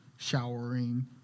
showering